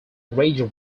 rage